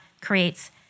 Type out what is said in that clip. creates